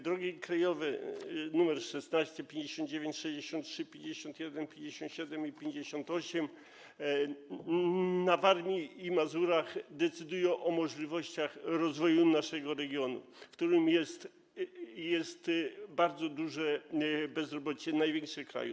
Drogi krajowe nr 16, 59, 63, 51, 57 i 58 na Warmii i Mazurach decydują o możliwościach rozwoju naszego regionu, w którym jest bardzo duże bezrobocie, największe w kraju.